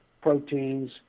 proteins